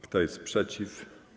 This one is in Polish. Kto jest przeciw?